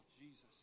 Jesus